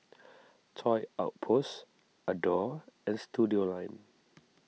Toy Outpost Adore and Studioline